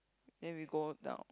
then we go down